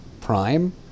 Prime